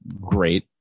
great